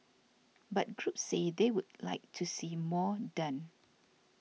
but groups say they would like to see more done